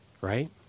Right